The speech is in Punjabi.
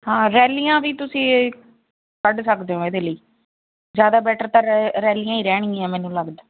ਹਾਂ ਰੈਲੀਆਂ ਵੀ ਤੁਸੀਂ ਕੱਢ ਸਕਦੇ ਹੋ ਇਹਦੇ ਲਈ ਜ਼ਿਆਦਾ ਬੈਟਰ ਤਾਂ ਰੈ ਰੈਲੀਆਂ ਹੀ ਰਹਿਣਗੀਆਂ ਮੈਨੂੰ ਲੱਗਦਾ ਹੈ